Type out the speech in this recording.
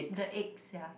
the egg sia